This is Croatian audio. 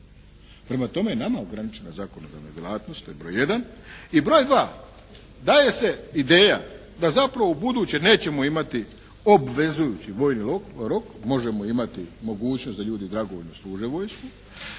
Prema tome, nama je ograničena zakonodavna djelatnost, to je broj jedan. I broj dva, daje se ideja da zapravo ubuduće nećemo imati obvezujući vojni rok, možemo imati mogućnost da ljudi dragovoljno služe vojsku